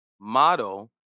model